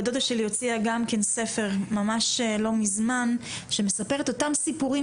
בת דודה שלי הוציאה גם כן ספר ממש לא מזמן שמספר את אותם סיפורים